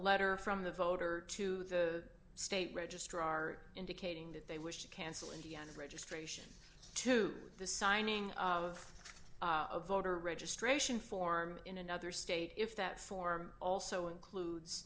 letter from the voter to the state registrar indicating that they wish to cancel indiana registration to the signing of a voter registration form in another state if that form also includes